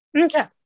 Okay